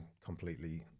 completely